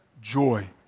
joy